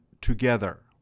together